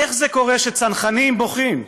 איך זה קורה שצנחנים בוכים?